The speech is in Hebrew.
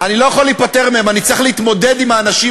באמת אני רוצה לדעת,